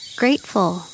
grateful